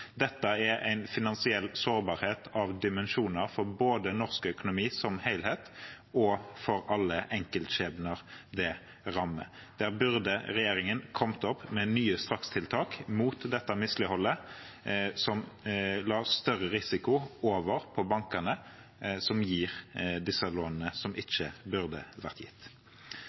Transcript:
Dette er en finansiell sårbarhet av dimensjoner, både for norsk økonomi som helhet og for alle enkeltskjebner det rammer. Regjeringen burde kommet opp med nye strakstiltak mot dette misligholdet som la større risiko over på bankene som gir disse lånene som ikke burde vært gitt.